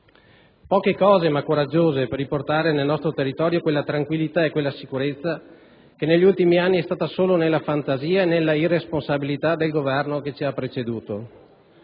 Poche cose, ma coraggiose, per riportare nel nostro territorio quella tranquillità e sicurezza che negli ultimi anni è stata solo nella fantasia e nella irresponsabilità del Governo che ci ha preceduto.